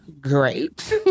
great